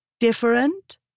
Different